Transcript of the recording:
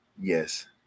Yes